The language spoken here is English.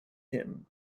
him